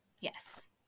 Yes